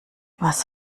was